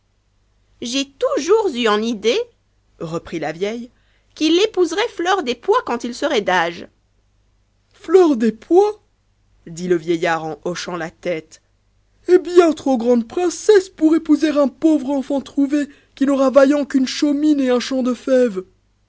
j'ai toujours eu en idée reprit la vieille qu'il épouserait fleur des pois quand il serait d'âge fleur des pois dit le vieillard en hochant la tête est bien trop grande princesse pour épouser un pauvre enfant trouvé qui n'aura vaillant